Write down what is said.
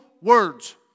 words